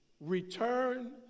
Return